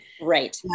right